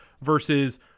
versus